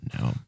No